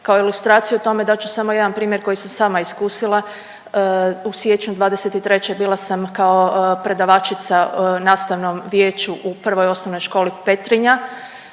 Kao ilustraciju tome dat ću samo jedan primjer koji sam sama iskusila. U siječnju '23. bila sam kao predavačica nastavnom vijeću u Prvoj osnovnoj školi Petrinja